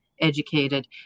educated